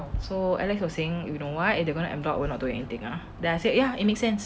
so alex was saying you know what if they're gonna en bloc we will not do anything ah then I said ya it makes sense